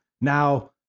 now